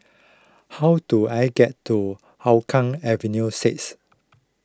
how do I get to Hougang Avenue six